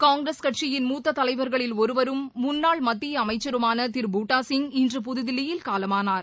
காங்கிரஸ் கட்சியின் முத்ததலைவர்களில் ஒருவரும் முன்னாள் மத்தியஅமைச்சருமானதிரு பூட்டாசிங் இன்று புதுதில்லியில் காலமானார்